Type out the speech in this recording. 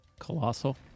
Colossal